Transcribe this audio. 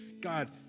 God